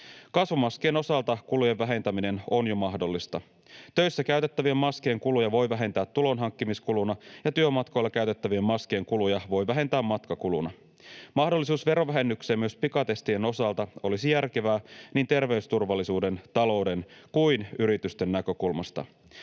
Kasvomaskien osalta kulujen vähentäminen on jo mahdollista. Töissä käytettävien maskien kuluja voi vähentää tulonhankkimiskuluna, ja työmatkoilla käytettävien maskien kuluja voi vähentää matkakuluna. Mahdollisuus verovähennykseen myös pikatestien osalta olisi järkevää niin terveysturvallisuuden, talouden kuin yritysten näkökulmasta.